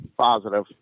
positive